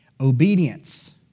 Obedience